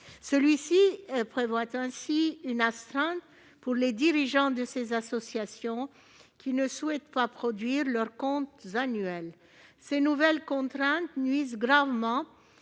dernier prévoit ainsi une astreinte pour les dirigeants de ces associations qui ne souhaitent pas produire leurs comptes annuels. Ces nouvelles contraintes nuisent gravement